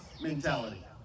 mentality